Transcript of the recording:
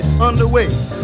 underway